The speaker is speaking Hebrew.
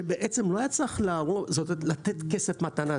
שבעצם לא היה צריך לתת כסף מתנה,